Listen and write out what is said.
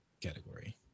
category